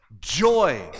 joy